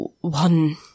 one